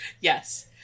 Yes